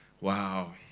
Wow